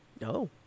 No